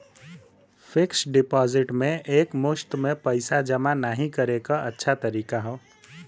fixed deposit में एक मुश्त में पइसा जमा नाहीं करे क अच्छा तरीका हौ